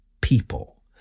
people